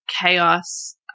chaos